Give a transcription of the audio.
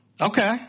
Okay